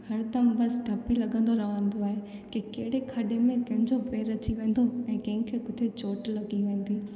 हाणे त बसि डपु लॻंदो रहंदो आहे की कहिड़े खॾे में कंहिंजो पेरु अची वेंदो कंहिंखें किथे चोट लॻी वेंदी